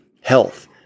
health